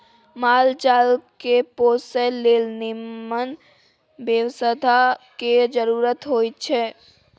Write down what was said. माल जाल केँ पोसय लेल निम्मन बेवस्था केर जरुरत होई छै